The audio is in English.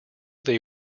they